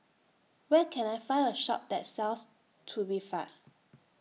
Where Can I Find A Shop that sells Tubifast